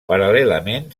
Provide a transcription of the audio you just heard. paral·lelament